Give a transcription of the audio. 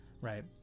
Right